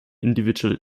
individual